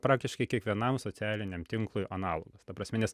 praktiškai kiekvienam socialiniam tinklui analogas ta prasme nes